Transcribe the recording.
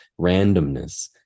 randomness